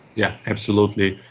yeah absolutely.